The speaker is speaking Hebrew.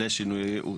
לשינוי הייעוד.